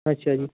ਅੱਛਾ ਜੀ